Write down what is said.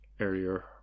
earlier